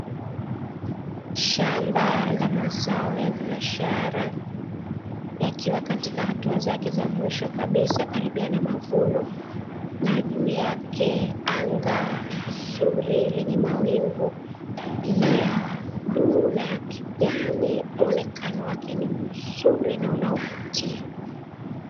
Shamba la mazao ya biashara, yakiwa katika hatua zake za mwisho kabisa karibia na mavuno, na juu yake anga zuri lenye mawingu ya bluu na ya kijani, muonekano wake ni mzuri na unaovutia.